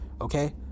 okay